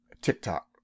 TikTok